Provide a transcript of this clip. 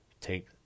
Take